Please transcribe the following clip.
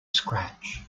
scratch